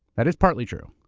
that is partly true.